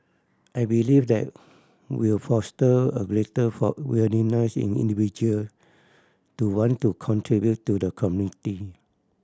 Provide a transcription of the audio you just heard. I believe that will foster a greater for willingness in individual to want to contribute to the community